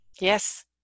yes